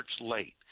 late